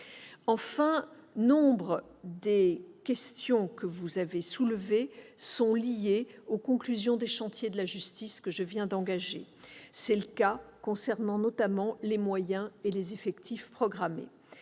Enfin, nombre des questions que vous avez soulevées sont liées aux conclusions des chantiers de la justice que je viens d'engager. C'est le cas concernant les moyens et les effectifs programmés.